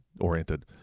oriented